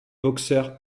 boxeurs